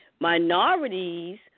Minorities